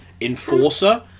enforcer